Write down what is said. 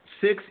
six